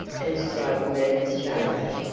and scrubbed madam's chamber,